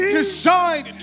decide